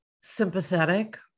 sympathetic